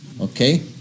Okay